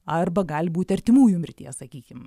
arba gali būt artimųjų mirties sakykim